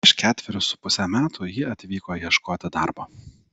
prieš ketverius su puse metų ji atvyko ieškoti darbo